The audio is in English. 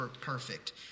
perfect